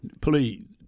please